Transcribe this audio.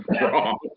wrong